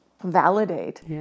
validate